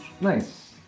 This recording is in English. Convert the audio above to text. Nice